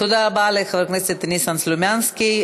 תודה רבה לחבר הכנסת ניסן סלומינסקי.